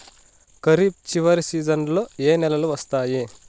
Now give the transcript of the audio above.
ఖరీఫ్ చివరి సీజన్లలో ఏ నెలలు వస్తాయి?